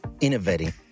innovating